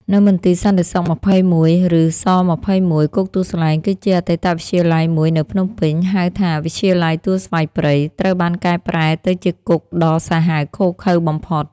នៅមន្ទីរសន្តិសុខ ២១ (ឬស-២១) គុកទួលស្លែង គឺជាអតីតវិទ្យាល័យមួយនៅភ្នំពេញ ហៅថា វិទ្យាល័យទួលស្វាយព្រៃ ត្រូវបានកែប្រែទៅជាគុកដ៏សាហាវឃោរឃៅបំផុត។